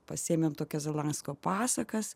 pasiėmėm tokio zalasko pasakas